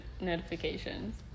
notifications